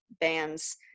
bands